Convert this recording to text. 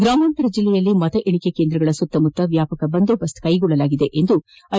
ಗ್ರಾಮಾಂತರ ಜಿಲ್ಡೆಯಲ್ಲಿ ಮತ ಎಣಿಕಾ ಕೇಂದ್ರದ ಸುತ್ತಮುತ್ತಲು ವ್ಯಾಪಕ ಬಂದೋಬಸ್ ಮಾಡಲಾಗಿದೆ ಎಂದು ಐ